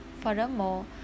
furthermore